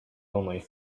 only